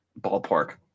ballpark